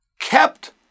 kept